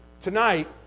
Tonight